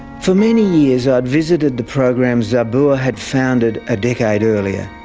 for many years i had visited the program zabur had founded a decade earlier,